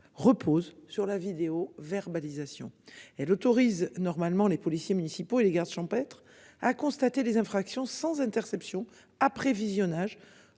repose sur la vidéo-verbalisation elle autorise normalement les policiers municipaux et les gardes champêtres à constater les infractions sans interception après visionnage